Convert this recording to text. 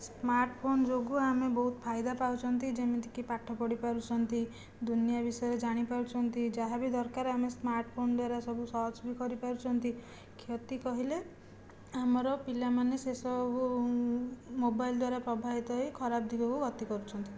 smartphone ଯୋଗୁ ଆମେ ବହୁତ ଫାଇଦା ପାଉଛନ୍ତି ଯେମିତିକି ପାଠ ପଢ଼ିପାରୁଛନ୍ତି ଦୁନିଆଁ ବିଷୟରେ ଜାଣିପାରୁଛନ୍ତି ଯାହା ବି ଦରକାର ଆମେ ସ୍ମାର୍ଟଫୋନ୍ ଦ୍ଵାରା ସବୁ ସର୍ଚ୍ଚ ବି କରିପାରୁଛନ୍ତି କ୍ଷତି କହିଲେ ଆମର ପିଲାମାନେ ସେ ସବୁ ମୋବାଇଲ୍ ଦ୍ଵାରା ପ୍ରଭାବିତ ହୋଇ ଖରାପ ଦିଗକୁ ଗତି କରୁଛନ୍ତି